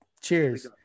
cheers